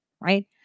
right